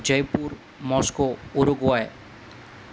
Jaipur Moscow Uruguay